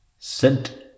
Sent